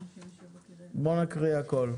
בואו נקריא הכל.